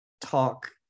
talk